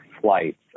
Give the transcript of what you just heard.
flights